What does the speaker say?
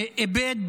שאיבד